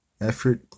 effort